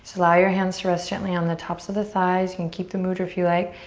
so allow your hands to rest gently on the tops of the thighs and keep the mudra if you like.